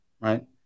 right